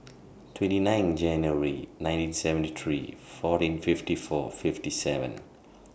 twenty nine January nineteen seventy three fourteen fifty four fifty seven